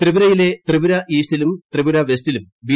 ത്രിപുരയിലെ ത്രിപുര ഈസ്റ്റിലും ത്രിപുര വെസ്റ്റിലും ബി